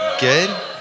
Good